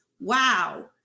wow